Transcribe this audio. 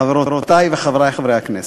חברותי וחברי חברי הכנסת,